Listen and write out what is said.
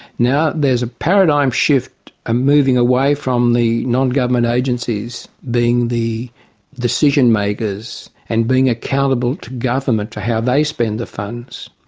now there's a paradigm shift, ah moving away from the non-government agencies being the decision-makers and being accountable to government for how they spend the funds.